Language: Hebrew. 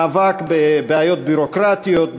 מאבק בבעיות ביורוקרטיות,